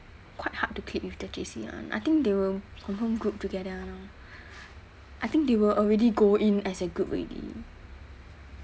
quite hard to click with the J_C one I think they will confirm group together [one] orh I think they will already go in as a group already